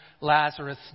Lazarus